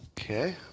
okay